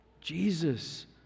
Jesus